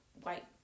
white